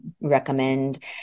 recommend